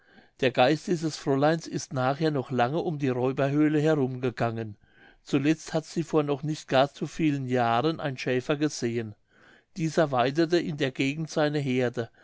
der geist dieses fräuleins ist nachher noch lange um die räuberhöhle herumgegangen zuletzt hat sie vor noch nicht gar zu vielen jahren ein schäfer gesehen dieser weidete in der gegend seine heerde